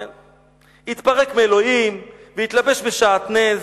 כן, "התפרק מאלוהים והתלבש בשעטנז"